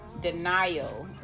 denial